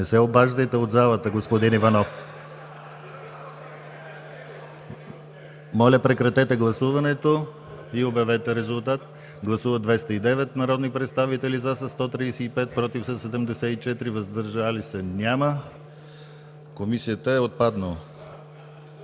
Не се обаждайте от залата, господин Иванов. Моля, прекратете гласуването и обявете резултат. Гласували 209 народни представители: за 135, против 74, въздържали се няма. Комисията е отпаднала.